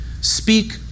speak